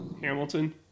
Hamilton